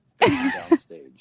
downstage